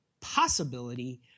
possibility